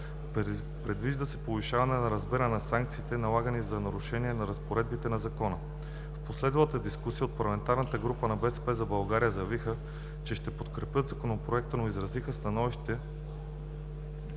Предвижда се повишаване на размер на санкциите, налагани за нарушение на разпоредбите на Закона. В последвалата дискусия от парламентарната група на „БСП за България“ заявиха, че ще подкрепят Законопроекта, но изразиха становището,